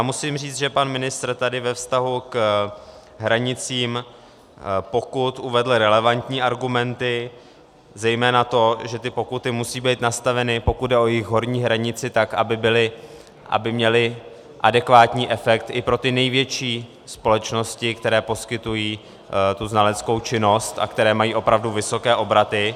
Musím říct, že pan ministr tady ve vztahu k hranicím pokut uvedl relevantní argumenty, zejména to, že ty pokuty musí být nastaveny, pokud jde o jejich horní hranici tak, aby měly adekvátní efekt i pro ty největší společnosti, které poskytují znaleckou činnost a které mají opravdu vysoké obraty.